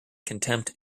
contempt